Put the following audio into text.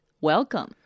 Welcome